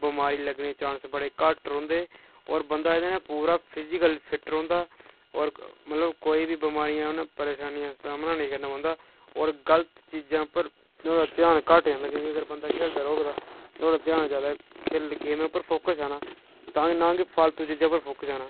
बमारी लग्गने दे चांस बड़े घट्ट रौहंदे होर बंदा एह्दे नै बिल्कुल फिजिकल फिट रौंहंदा होर मतलब कोई बी बमारियें दा परेशानियें दा सामना निं करना पौंदा होर गलत चीजें उप्पर ओह्दा ध्यान घट्ट जंदा अगर बंदा खेलदा र'वै तां नुहाड़ा जादा गेमें पर फोक्स होना ते तां गै ना फालतू चीजें पर फोक्स जाना